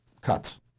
cuts